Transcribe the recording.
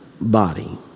body